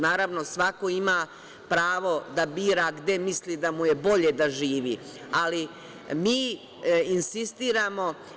Naravno, svako ima pravo da bira gde misli da mu je bolje da živi, ali mi insistiramo…